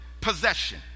possession